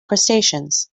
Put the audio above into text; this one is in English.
crustaceans